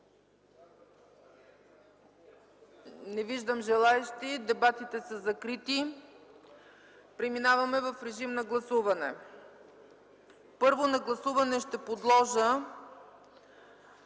Не виждам. Дебатите за закрити. Преминаваме в режим на гласуване. Първо на гласуване ще подложа